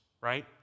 right